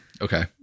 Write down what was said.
Okay